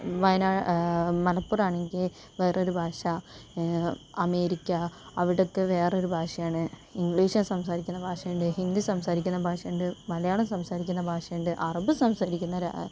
വയനാട് മലപ്പുറമാണെങ്കിൽ വേറൊരു ഭാഷ അമേരിക്ക അവിടെയൊക്കെ വേറൊരു ഭാഷയാണ് ഇംഗ്ലീഷ് സംസാരിക്കുന്ന ഭാഷയുണ്ട് ഹിന്ദി സംസാരിക്കുന്ന ഭാഷയുണ്ട് മലയാളം സംസാരിക്കുന്ന ഭാഷയുണ്ട് അറബ് സംസാരിക്കുന്നൊരു ഭാഷകളുണ്ട്